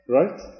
right